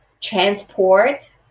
transport